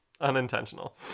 unintentional